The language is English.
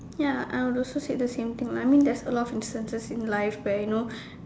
ya I would also say the same thing I mean there's a lot of instances in life where you know